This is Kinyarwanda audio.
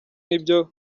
nibyo